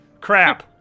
crap